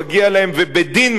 ובדין מגיע להם,